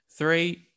Three